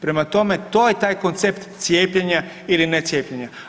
Prema tome, to je taj koncept cijepljenja ili ne cijepljenja.